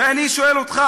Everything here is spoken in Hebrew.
ואני שואל אותך,